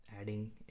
adding